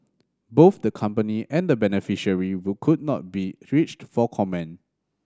both the company and the beneficiary would could not be reached for comment